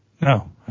no